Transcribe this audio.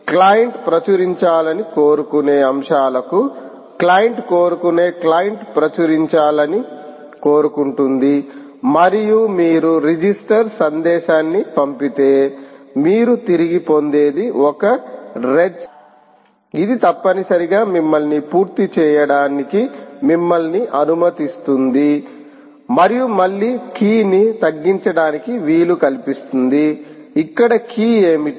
client ప్రచురించాలని కోరుకునే అంశాలకు క్లయింట్ కోరుకునే క్లయింట్ ప్రచురించాలని కోరుకుంటుంది మరియు మీరు రిజిస్టర్ సందేశాన్ని పంపితే మీరు తిరిగి పొందేది ఒక రేజ్అక్ ఇది తప్పనిసరిగా మిమ్మల్ని పూర్తి చేయడానికి మిమ్మల్ని అనుమతిస్తుంది మరియు మళ్ళీ కీ ని తగ్గించడానికి వీలు కల్పిస్తుంది ఇక్కడ కీ ఏమిటి